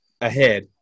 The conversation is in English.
ahead